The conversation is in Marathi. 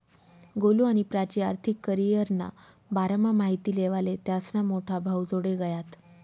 गोलु आणि प्राची आर्थिक करीयरना बारामा माहिती लेवाले त्यास्ना मोठा भाऊजोडे गयात